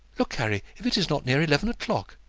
look, harry! if it is not near eleven o'clock!